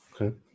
Okay